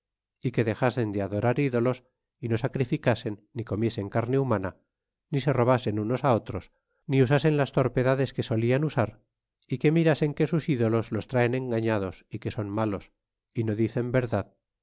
é que dexasen de adorar ídolos y no sacrificasen ni comiesen carne humana ni se robasen unos á otros ni usasen las torpedades que solian usar y que mirasen que sus ídolos los traen engaitados y que son malos y no dicen verdad